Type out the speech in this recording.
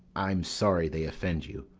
i'm sorry they offend you,